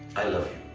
i love you.